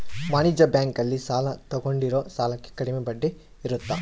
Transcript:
ವಾಣಿಜ್ಯ ಬ್ಯಾಂಕ್ ಅಲ್ಲಿ ಸಾಲ ತಗೊಂಡಿರೋ ಸಾಲಕ್ಕೆ ಕಡಮೆ ಬಡ್ಡಿ ಇರುತ್ತ